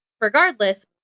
regardless